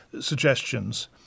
suggestions